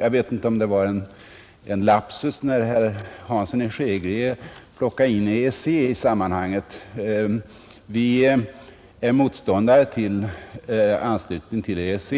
Jag vet inte om det var en lapsus när herr Hansson i Skegrie plockade in EEC i sammanhanget. Vi är motståndare till anslutning till EEC,